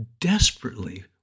desperately